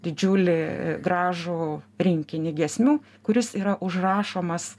didžiulį gražų rinkinį giesmių kuris yra užrašomas